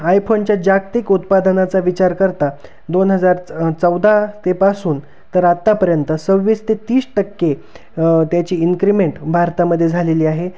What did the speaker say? आयफोनच्या जागतिक उत्पादनाचा विचार करता दोन हजार च चौदा तेपासून तर आत्तापर्यंत सव्वीस ते तीस टक्के त्याची इन्क्रिमेंट भारतामध्ये झालेली आहे